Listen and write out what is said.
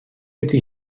iddi